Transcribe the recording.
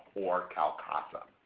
or calcasa.